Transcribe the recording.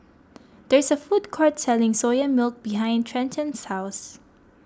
there is a food court selling Soya Milk behind Trenten's house